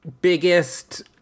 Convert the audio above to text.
biggest